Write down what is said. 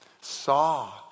saw